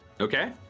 Okay